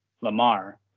Lamar